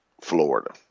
Florida